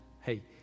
hey